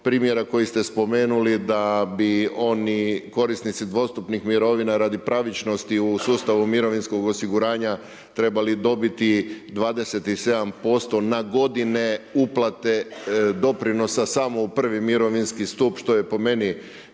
primjera koji ste spomenuli da bi oni korisnici dvostupnih mirovina, radi pravičnosti u sustava mirovinskog osiguranja trebali dobiti 27% na godine uplate doprinosa samo u prvi mirovinski stup, što je po meni,